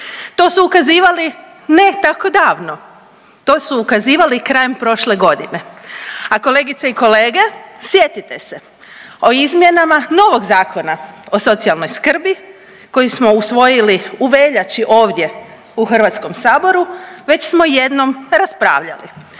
To su ukazivali ne tako davno, to su ukazivali krajem prošle godine, a kolegice i kolege sjetite se o izmjenama novog Zakona o socijalnoj skrbi koji smo usvojili u veljači ovdje u Hrvatskom saboru već smo jednom raspravljali.